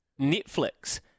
Netflix